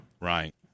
Right